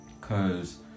Cause